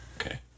Okay